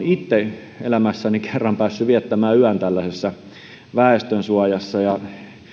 itse kerran elämässäni päässyt viettämään yön tällaisessa väestönsuojassa ja